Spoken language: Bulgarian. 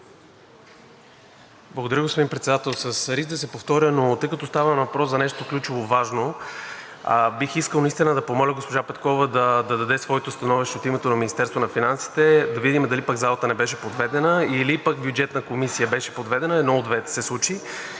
Благодаря, господин Председател. С риск да се повторя, но тъй като става въпрос за нещо ключово важно, бих искал наистина да помоля госпожа Петкова да даде своето становище от името на Министерството на финансите, за да видим дали залата не беше подведена, или пък Бюджетната комисия беше подведена? Случи